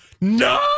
No